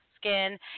skin